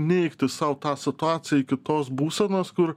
neigti sau tą situaciją iki tos būsenos kur